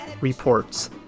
reports